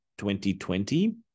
2020